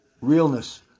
Realness